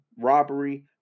robbery